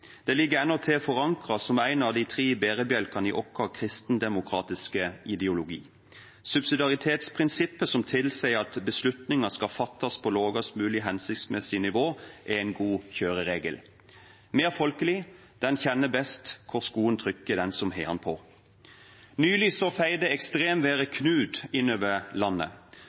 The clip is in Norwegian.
Det ligger endatil forankret som en av de tre bærebjelkene i vår kristendemokratiske ideologi. Subsidiaritetsprinsippet, som tilsier at beslutninger skal fattes på lavest mulig hensiktsmessige nivå, er en god kjøreregel. Mer folkelig: Den kjenner best hvor skoen trykker, den som har den på. Nylig feide ekstremværet «Knud» innover landet,